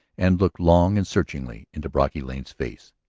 and looked long and searchingly into brocky lane's face.